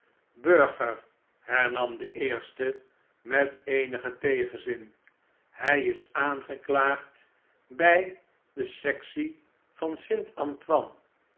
burger hernam de eerste met eenigen tegenzin hy is aangeklaagd bij de sectievan st